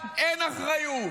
האחריות,